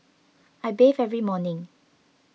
I bathe every morning